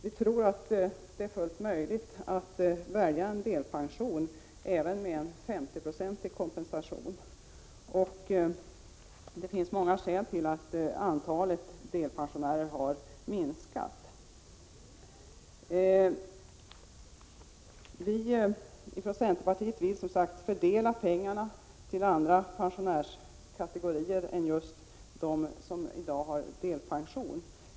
Vi tror att det är fullt möjligt att välja en delpension även med en 50-procentig kompensation. Det finns många skäl till att antalet delpensionärer har minskat. Vi från centerpartiet vill som sagt fördela pengarna till andra pensionärskategorier än just dem som i dag har delpension.